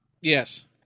Yes